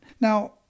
Now